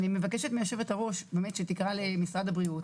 אני מבקשת מהיושבת ראש, שתקרא למשרד הבריאות.